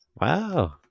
Wow